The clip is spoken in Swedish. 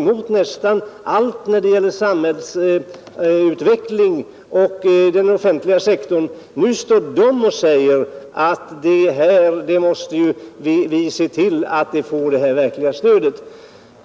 emot nästan allt när det gäller samhällsutvecklingen och den offentliga sektorn, nu säger att de måste se till att de handikappade får det här verkliga stödet.